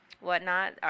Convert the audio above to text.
whatnot